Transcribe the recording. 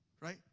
Right